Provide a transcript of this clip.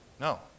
No